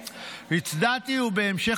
הצדעתי, ובהמשך